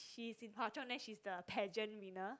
she's in Hwa Chong then she's the pageant winner